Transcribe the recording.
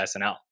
SNL